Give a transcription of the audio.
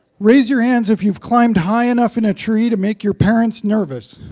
raise your hands if you've climbed high enough in a tree to make your parents nervous.